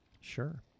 Sure